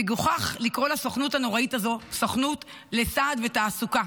מגוחך לקרוא לסוכנות הנוראית הזאת סוכנות לסעד ותעסוקה.